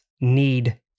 need